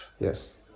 yes